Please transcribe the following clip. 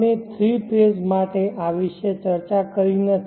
અમે three phase માટે આ વિશે ચર્ચા કરી નથી